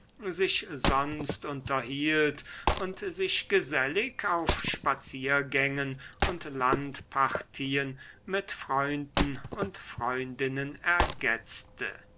sich sonst unterhielt und sich gesellig auf spaziergängen und landpartien mit freunden und freundinnen ergetzte